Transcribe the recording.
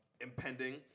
impending